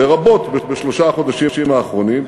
לרבות בשלושת חודשים האחרונים.